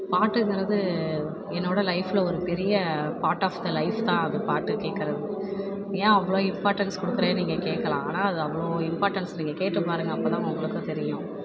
பாட்டுங்கிறது என்னோட லைஃபில் ஒரு பெரிய பார்ட் ஆஃப் த லைஃப் தான் அது பாட்டு கேட்குறது ஏன் அவ்வளோ இம்பார்ட்டன்ஸ் கொகுடுக்குறேன்னு நீங்கள் கேட்கலாம் ஆனால் அது அவ்வளோ இம்பார்ட்டன்ஸ் நீங்கள் கேட்டு பாருங்க அப்போ தான் உங்களுக்கும் தெரியும்